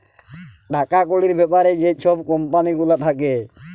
টাকা কড়ির ব্যাপারে যে ছব কম্পালি গুলা থ্যাকে